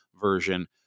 Version